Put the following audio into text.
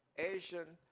asian,